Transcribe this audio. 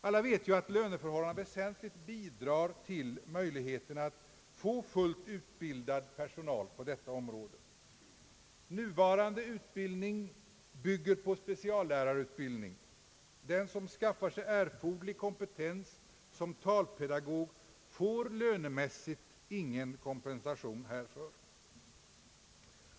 Alla vet ju att löneförhållanden väsentligt bidrar till möjligheterna att få fullt utbildad personal på detta område. Nuvarande utbildning bygger på speciallärarutbildning. Den som skaffar sig erforderlig kompetens som talpedagog får lönemässigt ingen kompensation härför.